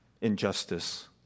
injustice